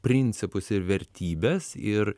principus ir vertybes ir